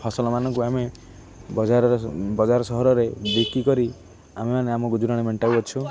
ଫସଲମାନଙ୍କୁ ଆମେ ବଜାରରେ ବଜାର ସହରରେ ବିକିକରି ଆମେମାନେ ଆମ ଗୁଜୁରାଣ ମେଣ୍ଟାଉ ଅଛୁ